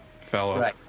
fellow